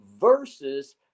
versus